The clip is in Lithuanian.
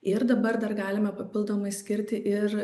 ir dabar dar galime papildomai skirti ir